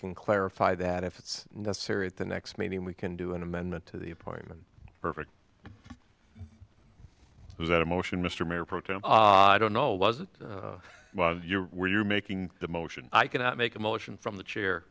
can clarify that if it's necessary at the next meeting we can do an amendment to the appointment perfect that emotion mr mayor pro tem i don't know was it was your were you making the motion i cannot make a motion from the chair